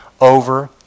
over